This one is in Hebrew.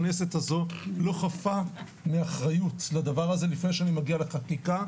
הכנסת הזו לא חפה מאחריות לדבר הזה לפני שאני מגיע לחקיקה,